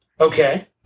Okay